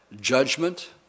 judgment